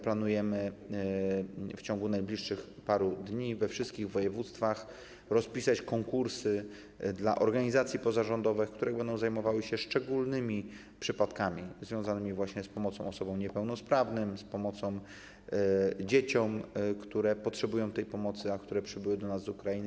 Planujemy także w ciągu najbliższych paru dni we wszystkich województwach rozpisać konkursy dla organizacji pozarządowych, które będą zajmowały się szczególnymi przypadkami, związanymi właśnie z pomocą osobom niepełnosprawnym, z pomocą dzieciom, które potrzebują tej pomocy, a które przybyły do nas z Ukrainy.